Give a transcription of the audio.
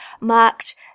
marked